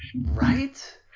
Right